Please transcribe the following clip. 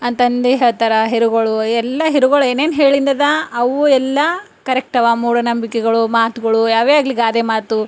ಅಂತಂದು ಹೇಳ್ತಾರ ಹಿರುಗುಳು ಎಲ್ಲ ಹಿರುಗುಳು ಏನೇನು ಹೇಳಿದ್ದದ ಅವು ಎಲ್ಲ ಕರೆಕ್ಟವ ಮೂಢನಂಬಿಕೆಗಳು ಮಾತ್ಗಳು ಯಾವೇ ಆಗಲಿ ಗಾದೆ ಮಾತು